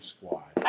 Squad